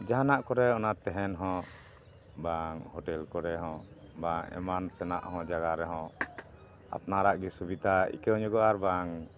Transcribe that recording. ᱡᱟᱦᱟᱱᱟᱜ ᱠᱚᱨᱮ ᱚᱱᱟ ᱛᱟᱦᱮᱱ ᱦᱚᱸ ᱵᱟᱝ ᱦᱳᱴᱮᱞ ᱠᱚᱨᱮ ᱦᱚᱸ ᱵᱟᱝ ᱮᱢᱟᱱ ᱥᱮᱱᱟᱜ ᱦᱚᱸ ᱡᱟᱭᱜᱟ ᱨᱮᱦᱚᱸ ᱟᱯᱱᱟᱨᱟᱜ ᱜᱮ ᱥᱩᱵᱤᱛᱟ ᱟᱹᱭᱠᱟᱹᱣ ᱧᱚᱜᱚᱜᱼᱟ ᱟᱨ ᱵᱟᱝ